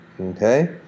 Okay